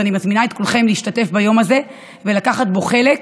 אז אני מזמינה את כולכם להשתתף ביום הזה ולקחת בו חלק,